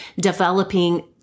developing